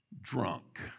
drunk